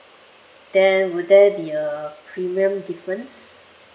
then will there be a premium difference